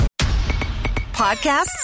Podcasts